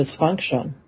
dysfunction